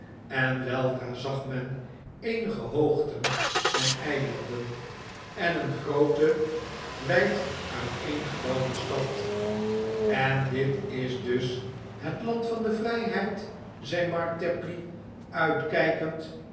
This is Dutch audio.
en weldra zag men eenige hoogten en eilanden en een groote wijd uiteen gebouwde stad en dit is dus het land van de vrijheid zei mark tapley uitkijkend